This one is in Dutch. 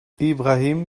ibrahim